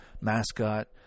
mascot